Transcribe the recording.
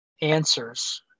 answers